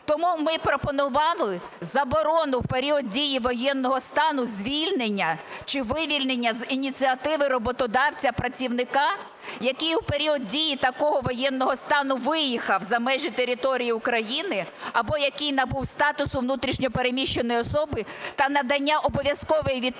Тому ми пропонували заборону в період дії воєнного стану звільнення чи вивільнення з ініціативи роботодавця працівника, який у період дії такого воєнного стану виїхав за межі території України або який набув статусу внутрішньо переміщеної особи, та надання обов'язкової відпустки